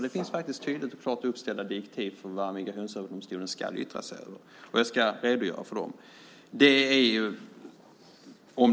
Det finns faktiskt tydligt och klart uppställda direktiv för vad Migrationsöverdomstolen ska yttra sig över, och jag ska redogöra för det.